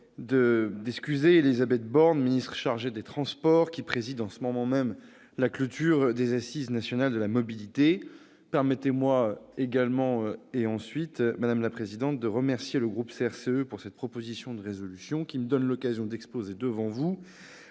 d'excuser Élisabeth Borne, ministre chargée des transports, qui préside en ce moment même la clôture des Assises nationales de la mobilité. Permettez-moi également, madame la présidente, de remercier le groupe CRCE de cette proposition de résolution qui me donne l'occasion d'exposer, devant vous,